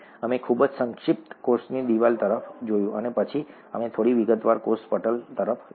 અમે ખૂબ જ સંક્ષિપ્તમાં કોષની દિવાલ તરફ જોયું અને પછી અમે થોડી વિગતવાર કોષ પટલ તરફ જોયું